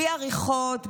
בלי עריכות,